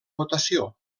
votació